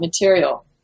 material